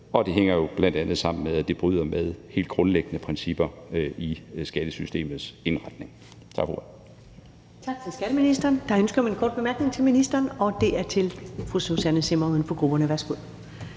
Og det hænger jo bl.a. sammen med, at det bryder med helt grundlæggende principper i skattesystemets indretning. Tak for ordet.